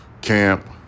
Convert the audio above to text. camp